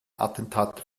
attentat